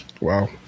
Wow